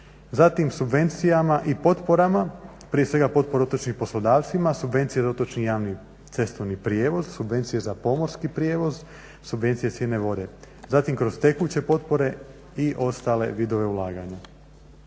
zatim subvencijama i potporama, prije svega potpori otočnim poslodavcima, subvencije za otočni javni, cestovni prijevoz, subvencije za pomorski prijevoz, subvencije cijene vode, zatim kroz tekuće potpore i ostale vidove ulaganja.